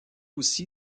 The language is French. aussi